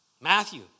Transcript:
Matthew